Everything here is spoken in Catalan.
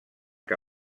que